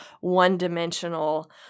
one-dimensional